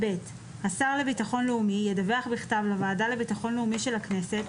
השר לביטחון לאומי ידווח בכתב לוועדה לביטחון לאומי של הכנסת,